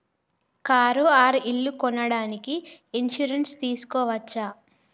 Car or ఇల్లు కొనడానికి insurance తీస్కోవచ్చా?